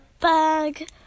Bag